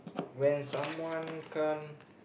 when someone can't